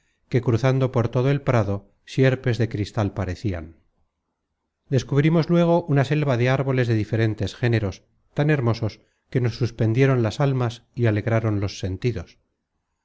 que cruzando por todo el prado sierpes de cristal parecian teclan content from google book search generated at descubrimos luego una selva de árboles de diferentes géneros tan hermosos que nos suspendieron las almas y alegraron los sentidos